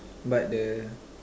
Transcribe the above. but the